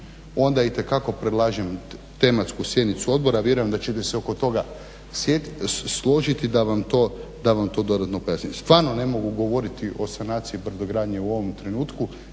onda itekako predlažem tematsku sjednicu odbora. Vjerujem da ćete se oko toga složiti da vam to dodatno pojasne. Stvarno ne mogu govoriti o sanaciji brodogradnje u ovom trenutku